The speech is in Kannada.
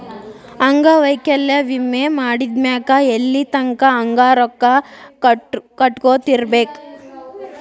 ಅಂಗವೈಕಲ್ಯ ವಿಮೆ ಮಾಡಿದ್ಮ್ಯಾಕ್ ಎಲ್ಲಿತಂಕಾ ಹಂಗ ರೊಕ್ಕಾ ಕಟ್ಕೊತಿರ್ಬೇಕ್?